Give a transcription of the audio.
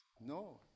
no